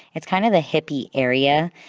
it's kind of the hippie area.